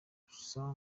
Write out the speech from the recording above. gusa